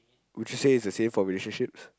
would you say it's the same for relationships